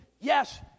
yes